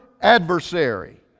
adversary